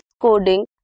coding